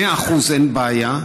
מאה אחוז, אין בעיה,